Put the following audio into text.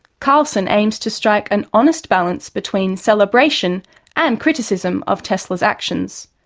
carlson aims to strike an honest balance between celebration and criticism of tesla's actions.